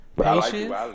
Patience